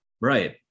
Right